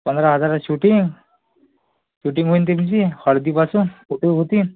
पंधरा हजारात shooting shooting म्हणती म्हणजे हळदीपासून फोटो होतीन